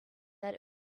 that